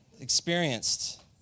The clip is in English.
Experienced